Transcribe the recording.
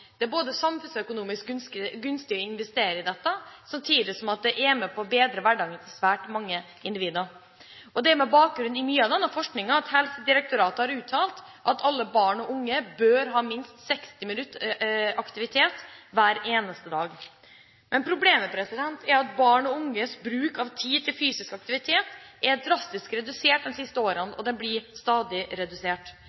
Det er samfunnsøkonomisk gunstig å investere i dette, samtidig som det er med på å bedre hverdagen til svært mange individer. Det er med bakgrunn i mye av denne forskningen at Helsedirektoratet har uttalt at alle barn og unge bør ha minst 60 minutter aktivitet hver eneste dag. Problemet er at barn og unges bruk av tid til fysisk aktivitet er drastisk redusert de siste årene,